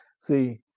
See